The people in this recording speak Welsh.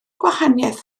gwahaniaeth